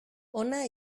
hona